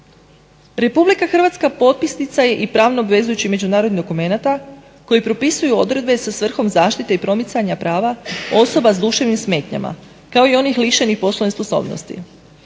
Republika Hrvatska potpisnica je i pravno obvezujućih međunarodnih dokumenata koji propisuju odredbe sa svrhom zaštite i promicanja prava osoba s duševnim smetnjama kao i onih lišenih poslovne sposobnosti.